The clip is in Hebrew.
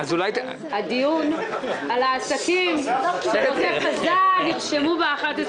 הדיון על העסקים בעוטף עזה היה אמור להתקיים